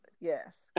Yes